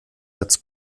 satz